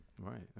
Right